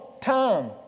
Time